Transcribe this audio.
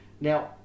now